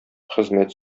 хезмәт